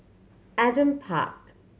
Adam Park